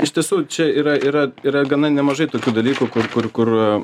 iš tiesų čia yra yra yra gana nemažai tokių dalykų kur kur kur